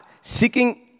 Seeking